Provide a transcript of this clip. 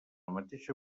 mateixa